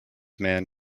man